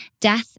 death